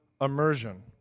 immersion